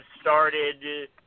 started